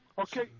Okay